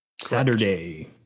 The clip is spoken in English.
Saturday